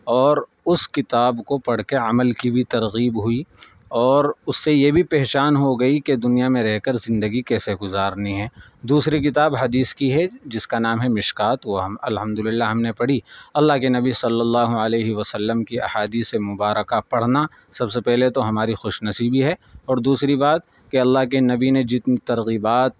اور اس کتاب کو پڑھ کے عمل کی بھی ترغیب ہوئی اور اس سے یہ بھی پہچان ہو گئی کہ دنیا میں رہ کر زندگی کیسے گزارنی ہے دوسری کتاب حدیث کی ہے جس کا نام ہے مشکوٰۃ وہ ہم الحمد للہ ہم نے پڑھی اللہ کے نبی صلی اللہ علیہ و سلم کی احادیث مبارکہ پڑھنا سب سے پہلے تو ہماری خوش نصیبی ہے اور دوسری بات کہ اللہ کے نبی نے جتنی ترغیبات